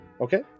Okay